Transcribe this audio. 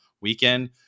weekend